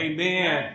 Amen